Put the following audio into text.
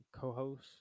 Co-host